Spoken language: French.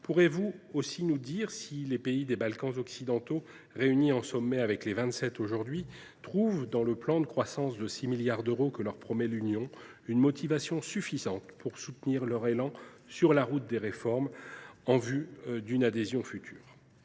Pourrez vous aussi nous dire si les pays des Balkans occidentaux réunis en sommet avec les vingt sept aujourd’hui trouvent dans le plan de croissance de 6 milliards d’euros que leur promet l’Union européenne une motivation suffisante pour soutenir leur élan sur la route des réformes en vue de l’adhésion ?